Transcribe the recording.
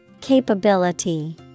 Capability